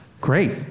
Great